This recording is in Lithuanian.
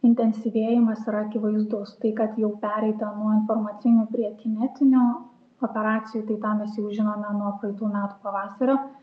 intensyvėjimas yra akivaizdus tai kad jau pereita nuo informacinių prie kinetinio operacijų tai tą mes jau žinome nuo praeitų metų pavasario